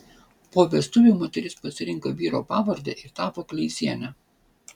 po vestuvių moteris pasirinko vyro pavardę ir tapo kleiziene